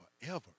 forever